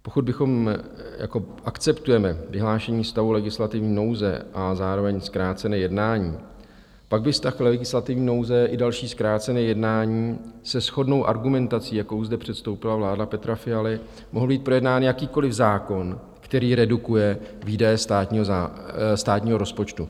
Pokud bychom, jako akceptujeme vyhlášení stavu legislativní nouze a zároveň zkrácené jednání, pak by stav legislativní nouze i další zkrácené jednání se shodnou argumentací, jakou zde předstoupila vláda Petra Fialy, mohl být projednán jakýkoliv zákon, který redukuje výdaje státního rozpočtu.